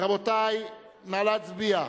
רבותי, נא להצביע.